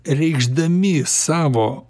reikšdami savo